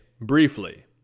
briefly